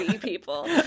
people